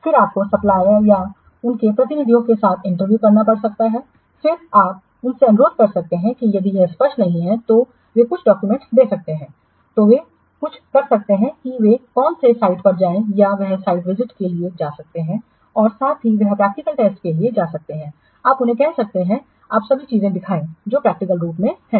फिर आपको सप्लायर या उनके प्रतिनिधियों के साथ इंटरव्यू करना पड़ सकता है फिर आप उनसे अनुरोध कर सकते हैं कि यदि यह स्पष्ट नहीं है कि वे कुछ डेमोंसट्रेशन दे सकते हैं तो वे कुछ कर सकते हैं कि वे कौन से साइट पर जाएँ या वह साइट विज़िट के लिए जा सकते हैं और साथ ही वह प्रैक्टिकल टेस्ट के लिए जा सकते हैं आप उन्हें कहते हैं आप सभी चीजें दिखाएं जो प्रैक्टिकल रूप से हैं